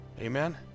Amen